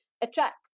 attract